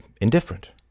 indifferent